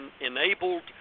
enabled